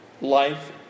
life